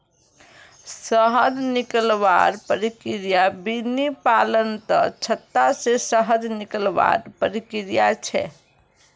शहद निकलवार प्रक्रिया बिर्नि पालनत छत्ता से शहद निकलवार प्रक्रिया छे